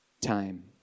time